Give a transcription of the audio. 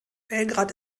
belgrad